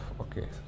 okay